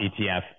ETF